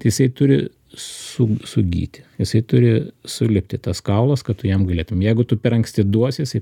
jisai turi su sugyti jisai turi sulipti tas kaulas kad tu jam galėtum jeigu tu per anksti duosi jisai